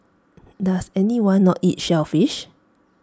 does anyone not eat shellfish